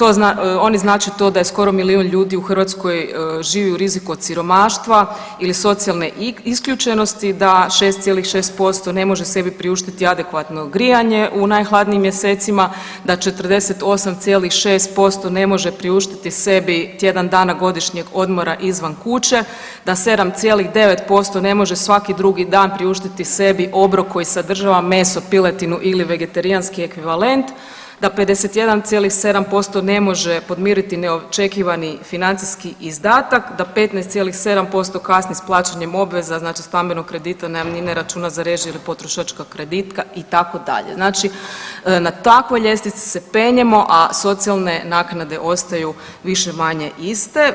Oni znači to da je skoro milijun ljudi u Hrvatskoj živi u riziku od siromaštva ili socijalne isključenosti, da 6,6% ne može sebi priuštiti adekvatno grijanje u najhladnijim mjesecima, da 48,6% ne može priuštiti sebi tjedan dana godišnjeg odmora izvan kuće, da 7,9% ne može svaki drugi dan priuštiti sebi obrok koji sadržava meso, piletinu ili vegetarijanski ekvivalent, da 51,7% ne može podmiriti neočekivani financijski izdatak, da 15,7% kasni s plaćanjem obveza, znači stambenog kredita, najamnine, računa za režije ili potrošačkog kredita itd., znači na takvoj ljestvici se penjemo, a socijalne naknade ostaju više-manje iste.